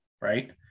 right